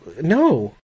no